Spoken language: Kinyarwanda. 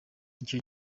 icyo